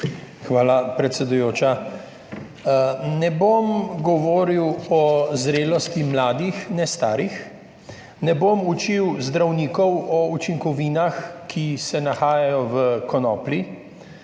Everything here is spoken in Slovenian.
Hvala predsedujoča. Ne bom govoril o zrelosti mladih ne starih, ne bom učil zdravnikov o učinkovinah, ki se nahajajo v konoplji.